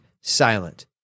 silent